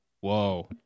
Whoa